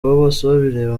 bosebabireba